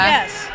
Yes